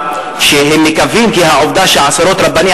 הם כותבים שם גם שהם מקווים שהעובדה שעשרות רבני